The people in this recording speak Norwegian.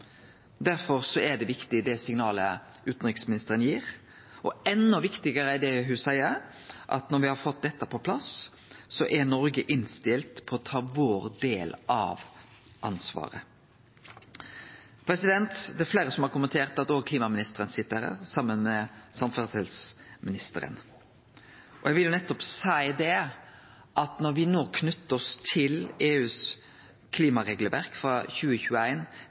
det signalet utanriksministeren gir, viktig, og enda viktigare er det ho seier om at når ein har fått dette på plass, er Noreg innstilt på å ta sin del av ansvaret. Det er fleire som har kommentert at òg klimaministeren sit her, saman med samferdselsministeren. Eg vil nettopp seie at når me no knyter oss til EUs klimaregelverk frå